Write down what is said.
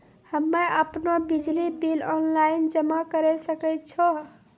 हम्मे आपनौ बिजली बिल ऑनलाइन जमा करै सकै छौ?